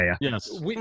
Yes